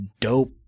dope